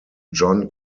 john